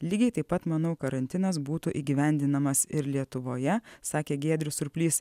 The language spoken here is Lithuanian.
lygiai taip pat manau karantinas būtų įgyvendinamas ir lietuvoje sakė giedrius surplys